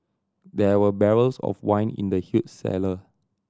there were barrels of wine in the huge cellar